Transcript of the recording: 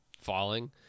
falling